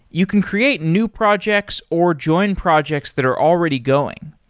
you can create new projects or join projects that are already going.